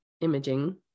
imaging